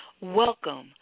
Welcome